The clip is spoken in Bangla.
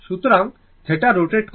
সুতরাং θ রোটেট করে